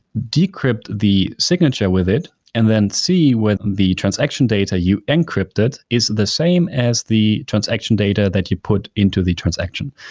decrypt the signature with it and then see in the transaction data you encrypted is the same as the transaction data that you put into the transaction.